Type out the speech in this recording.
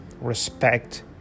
respect